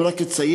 אם רק אציין,